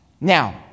Now